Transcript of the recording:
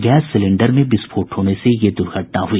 gas cylinder में विस्फोट होने से यह द्र्घटना हुई